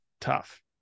tough